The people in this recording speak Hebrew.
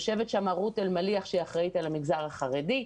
יושבת שם רות אלמליח האחראית על המגזר החרדי.